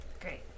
Great